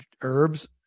herbs